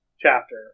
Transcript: chapter